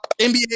NBA